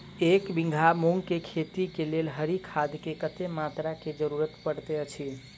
एक बीघा मूंग केँ खेती केँ लेल हरी खाद केँ कत्ते मात्रा केँ जरूरत पड़तै अछि?